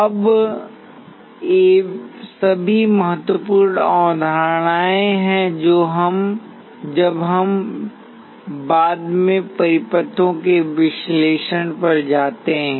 अब ये सभी महत्वपूर्ण अवधारणाएँ हैं जब हम बाद में परिपथों के विश्लेषण पर जाते हैं